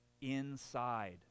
Inside